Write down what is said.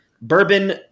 bourbon –